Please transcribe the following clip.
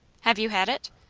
have you had it?